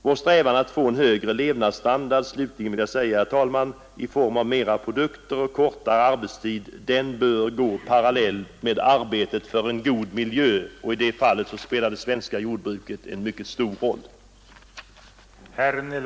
Vår strävan att få en högre levnadsstandard — det vill jag sluta med, herr talman — i form av mera produkter och kortare arbetstid bör gå parallellt med arbetet för en god miljö. I det fallet spelar det svenska jordbruket en mycket stor roll.